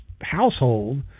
household